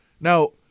Now